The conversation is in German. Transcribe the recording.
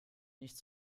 nicht